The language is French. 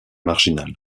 marginal